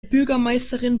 bürgermeisterin